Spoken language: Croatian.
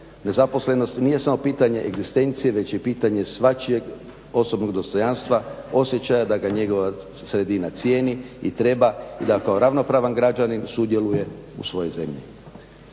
Nezaposlenost nije samo pitanje egzistencije, već je pitanje svačijeg osobnog dostojanstva, osjećaja da ga njegova sredina cijeni i treba da kao ravnopravan građanin sudjeluje u svojoj zemlji.